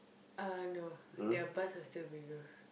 uh no their butts are still bigger